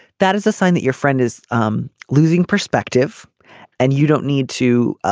that is a sign that your friend is um losing perspective and you don't need to